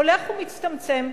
הולך ומצטמצם.